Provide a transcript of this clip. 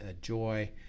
joy